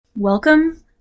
Welcome